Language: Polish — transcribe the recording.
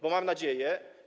Bo mam nadzieję.